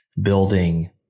building